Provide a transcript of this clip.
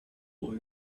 boy